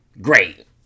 Great